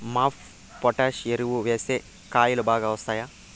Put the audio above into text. MOP potash ఎరువులు వేస్తే కాయలు బాగా వస్తాయా?